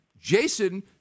Jason